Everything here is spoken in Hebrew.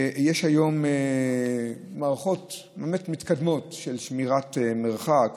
ויש היום מערכות מתקדמות של שמירת מרחק,